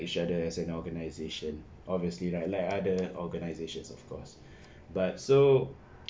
each other as an organization obviously right like other organizations of course but so